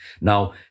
Now